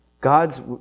God's